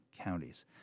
counties